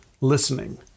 listening